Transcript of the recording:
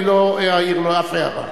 אני לא אעיר לו אף הערה.